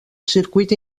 circuit